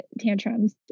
tantrums